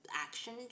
action